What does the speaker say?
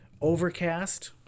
Overcast